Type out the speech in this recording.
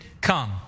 come